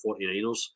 49ers